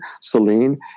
Celine